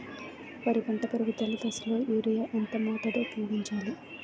వరి పంట పెరుగుదల దశలో యూరియా ఎంత మోతాదు ఊపయోగించాలి?